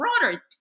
broader